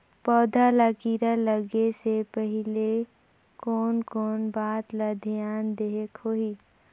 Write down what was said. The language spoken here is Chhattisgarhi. पौध ला कीरा लगे से पहले कोन कोन बात ला धियान देहेक होही?